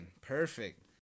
Perfect